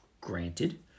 granted